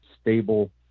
stable